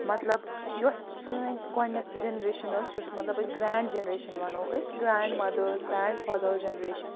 مطلب یۄس سٲنۍ گۄڈٕنیٚتھ جنریشَن ٲس یۄس مطلب اسہِ گرٛینٛڈ جنریشَن ونو أسۍ grand mothers grand fathers generation